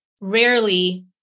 rarely